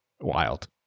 Wild